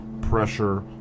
Pressure